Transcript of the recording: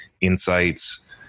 insights